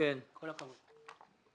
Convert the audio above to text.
כל הכבוד.